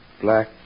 black